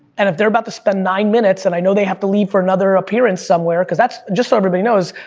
and if they're about to spend nine minutes, and i know they have to leave for another appearance somewhere, cause that's just so everybody knows,